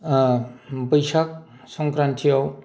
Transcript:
बैसाग संक्रान्तियाव